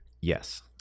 Yes